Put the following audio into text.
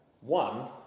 One